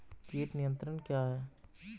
कीट नियंत्रण क्या है?